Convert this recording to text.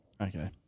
Okay